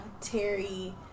Terry